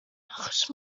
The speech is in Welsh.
achos